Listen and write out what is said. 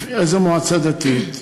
לפי איזו מועצה דתית,